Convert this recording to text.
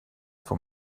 for